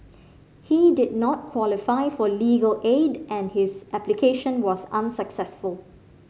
he did not qualify for legal aid and his application was unsuccessful